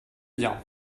bien